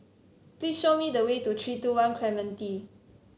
please show me the way to Three two One Clementi